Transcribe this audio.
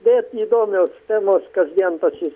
bet įdomios temos kasdien pas jus